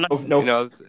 No